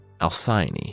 Alcyone